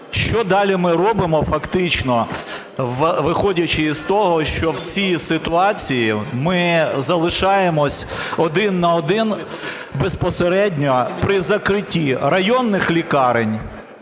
Що далі ми робимо фактично, виходячи з того, що в цій ситуації ми залишаємося один на один безпосередньо при закритті районних лікарень,